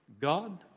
God